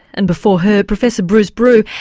and before her professor bruce brew,